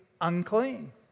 unclean